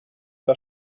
der